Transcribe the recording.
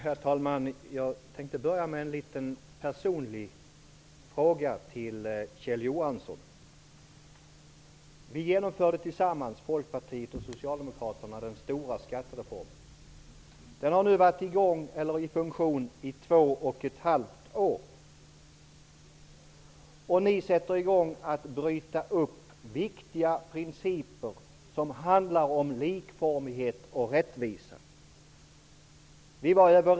Herr talman! Jag tänkte börja med en liten personlig fråga till Kjell Johansson. Folkpartiet och Socialdemokraterna genomförde tillsammans den stora skattereformen. Den har nu varit i funktion i två och ett halvt år. Nu sätter ni i gång att bryta upp viktiga principer som handlar om likformighet och rättvisa.